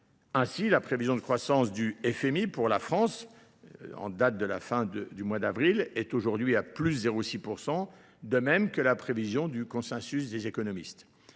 Ainsi, la prévision de croissance du FMI pour la France, en date de la fin du mois d'avril, est aujourd'hui à plus 0,6%, de même que la prévision du consensus des économistes.